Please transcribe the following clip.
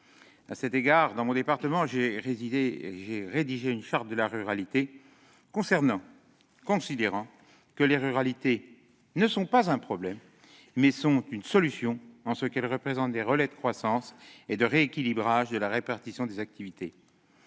À cet égard, dans mon département, j'ai rédigé une charte de la ruralité, considérant que les ruralités sont non pas un problème, mais une solution, en ce qu'elles représentent des relais de croissance et de rééquilibrage de la répartition des activités.